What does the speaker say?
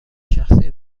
شخصی